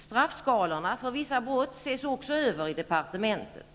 Straffskalorna för vissa brott ses också över i departementet.